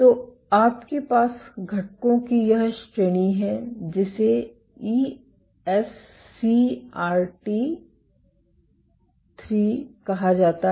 तो आपके पास घटकों की यह श्रेणी है जिसे ईएससीआरटी III कहा जाता है